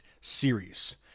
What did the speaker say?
series